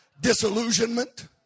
disillusionment